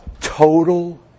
total